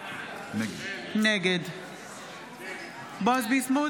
נגד בועז ביסמוט,